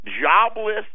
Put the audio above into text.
jobless